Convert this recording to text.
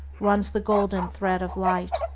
runs the golden thread of light.